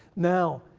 now,